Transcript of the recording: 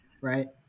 Right